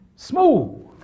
Smooth